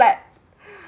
flat